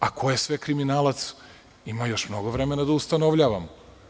A ko je sve kriminalac, ima još mnogo vremena da ustanovljavamo.